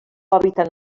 hàbitat